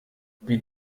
wie